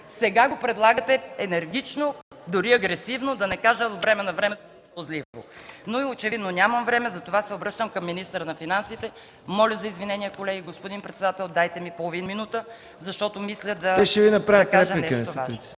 Сега го предлагате енергично, дори агресивно, да не кажа от време навреме гузно. Но очевидно нямам време, затова се обръщам към министъра на финансите. Моля за извинение, колеги, господин председател, дайте ми половин минута, защото мисля да кажа нещо важно.